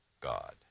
God